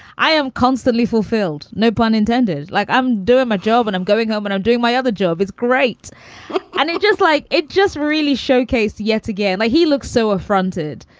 i am constantly fulfilled, no pun intended. like i'm doing my job and i'm going home and i'm doing my other job is great and it just like it just really showcased yet again he looks so affronted.